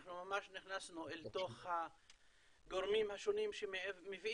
אנחנו ממש נכנסנו אל תוך הגורמים השונים שמביאים